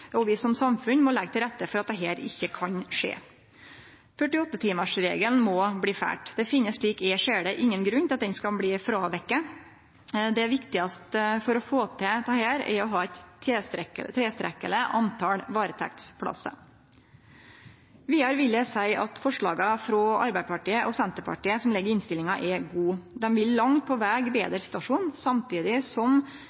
Vi som samfunn må leggje til rette for at dette ikkje kan skje. 48-timersregelen må bli følgt. Det finst, slik eg ser det, ingen grunn til at han skal bli fråviken. Det viktigaste for å få til dette, er å ha tilstrekkeleg tal varetektsplassar. Vidare vil eg seie at forslaga frå Arbeidarpartiet og Senterpartiet som ligg i innstillinga, er gode. Dei vil langt på veg